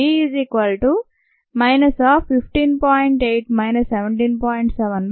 v 0